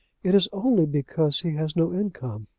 it is only because he has no income.